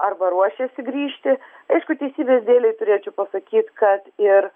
arba ruošiasi grįžti aišku teisybės dėlei turėčiau pasakyt kad ir